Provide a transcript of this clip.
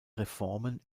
reformen